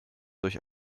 durch